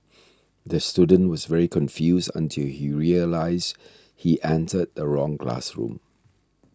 the student was very confused until he realised he entered the wrong classroom